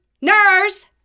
Nurse